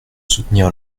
soutenir